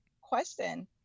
question